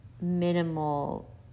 minimal